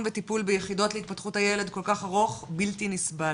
סדר-היום: יחידות להתפתחות הילד תמונת מצב.